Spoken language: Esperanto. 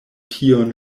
tion